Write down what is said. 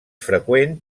freqüent